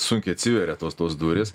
sunkiai atsiveria tos tos durys